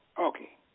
Okay